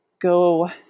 go